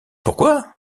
pourquoi